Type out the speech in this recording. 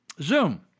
Zoom